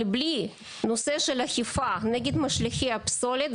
אבל בלי נושא של אכיפה נגד משליכי הפסולת,